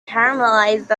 caramelized